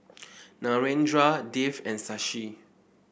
Narendra Dev and Shashi